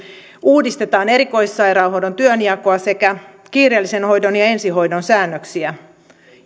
uudistetaan erikoissairaanhoidon työnjakoa sekä kiireellisen hoidon ja ensihoidon säännöksiä